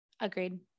agreed